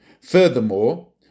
Furthermore